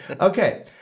Okay